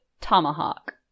Tomahawk